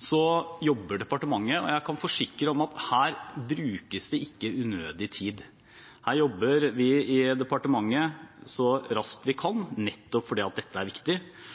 Så jobber vi i departementet så raskt vi kan – og jeg kan forsikre om at her brukes det ikke unødig tid – nettopp fordi dette er viktig, og så